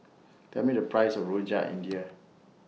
Tell Me The Price of Rojak India